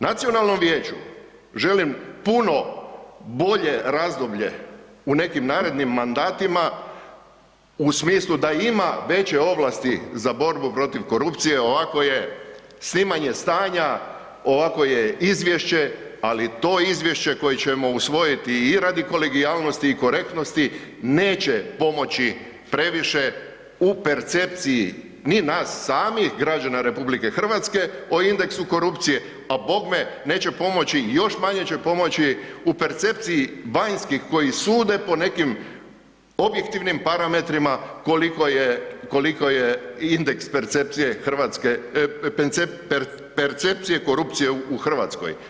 Nacionalnom vijeću želim puno bolje razdoblje u nekim narednim mandatima u smislu da ima veće ovlasti za borbu protiv korupcije, ovako je snimanje stanja, ovako je izvješće, ali to izvješće koje ćemo usvojiti i radi kolegijalnosti i korektnosti neće pomoći previše u percepciji ni nas samih, građana RH o indeksu korupcije, a bogme neće pomoći i još manje će pomoći u percepciji vanjskih koji sude po nekim objektivnim parametrima koliko je indeks percepcije Hrvatske, percepcije korupcije u Hrvatskoj.